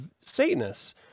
satanists